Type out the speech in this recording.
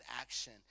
action